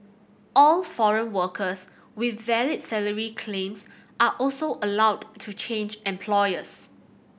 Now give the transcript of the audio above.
all foreign workers with valid salary claims are also allowed to change employers